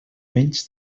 menys